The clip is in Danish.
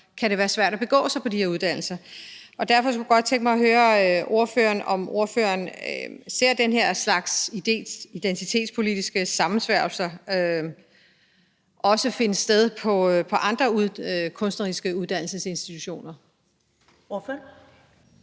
kan det være svært at begå sig på de her uddannelser. Derfor kunne jeg godt tænke mig at høre ordføreren, om ordføreren ser den her slags identitetspolitiske sammensværgelser også finde sted på andre kunstneriske uddannelsesinstitutioner. Kl.